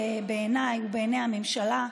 בעיניי ובעיני הממשלה,